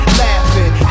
laughing